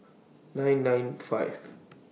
nine nine five